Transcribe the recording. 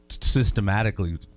systematically